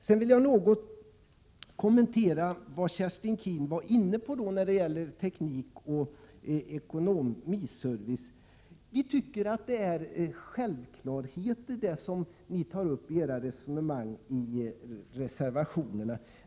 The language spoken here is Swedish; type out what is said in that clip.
Sedan vill jag något kommentera vad Kerstin Keen sade om teknikoch ekonomiservice. Vi tycker att det är självklarheter som ni tar upp i era resonemang i reservationerna.